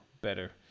better